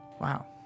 Wow